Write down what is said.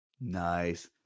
nice